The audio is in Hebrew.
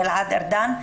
גלעד ארדן,